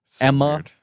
Emma